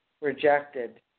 rejected